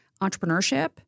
entrepreneurship